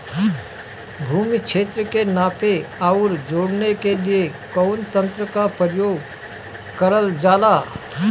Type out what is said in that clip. भूमि क्षेत्र के नापे आउर जोड़ने के लिए कवन तंत्र का प्रयोग करल जा ला?